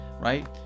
right